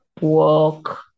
walk